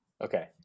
okay